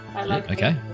okay